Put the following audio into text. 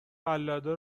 قلاده